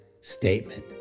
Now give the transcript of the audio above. statement